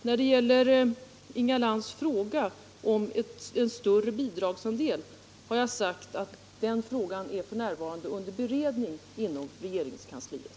När det gäller Inga Lantz fråga om en större bidragsandel har jag sagt att detta spörsmål f.n. är under beredning inom regeringskansliet.